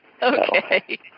Okay